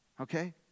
okay